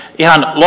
puhemies